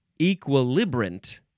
equilibrant